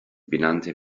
benannte